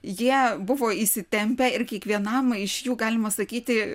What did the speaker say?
jie buvo įsitempę ir kiekvienam iš jų galima sakyti